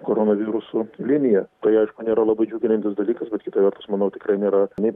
koronavirusu linija tai aišku nėra labai džiuginantis dalykas bet kita vertus manau tikrai nėra nei